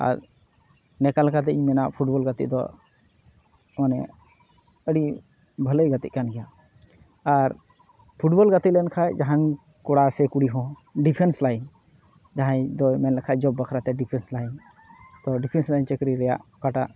ᱟᱨ ᱱᱮᱠᱟ ᱞᱮᱠᱟᱛᱮ ᱤᱧ ᱢᱮᱱᱟ ᱯᱷᱩᱴᱵᱚᱞ ᱜᱟᱛᱮᱜ ᱫᱚ ᱢᱟᱱᱮ ᱟᱹᱰᱤ ᱵᱷᱟᱞᱮ ᱜᱟᱛᱮᱜ ᱠᱟᱱ ᱜᱮᱭᱟ ᱟᱨ ᱯᱷᱩᱴᱵᱚᱞ ᱜᱟᱛᱮ ᱞᱮᱱᱠᱷᱟᱡ ᱡᱟᱦᱟᱱ ᱠᱚᱲᱟ ᱥᱮ ᱠᱩᱲᱤᱦᱚᱸ ᱰᱤᱯᱷᱮᱱᱥ ᱞᱟᱹᱭᱤᱱ ᱡᱟᱦᱟᱸᱭ ᱫᱚ ᱢᱮᱱ ᱞᱮᱠᱷᱟᱡ ᱡᱚᱵᱽ ᱵᱟᱠᱷᱨᱟᱛᱮ ᱰᱤᱯᱷᱮᱱᱥ ᱞᱟᱭᱤᱱ ᱛᱚ ᱰᱤᱯᱷᱮᱱᱥ ᱞᱟᱹᱭᱤᱱ ᱪᱟᱹᱠᱨᱤ ᱨᱮᱭᱟᱜ ᱚᱠᱟᱴᱟᱜ